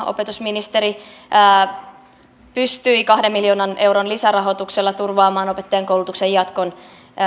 opetusministeri sarkomaa pystyi kahden miljoonan euron lisärahoituksella turvaamaan opettajankoulutuksen jatkon